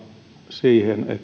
siihen että